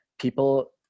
people